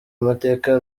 amateka